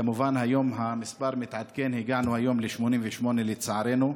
כמובן, המספר מתעדכן, הגענו היום ל-88, לצערנו.